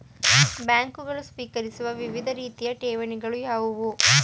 ಬ್ಯಾಂಕುಗಳು ಸ್ವೀಕರಿಸುವ ವಿವಿಧ ರೀತಿಯ ಠೇವಣಿಗಳು ಯಾವುವು?